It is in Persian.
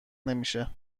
نمیشه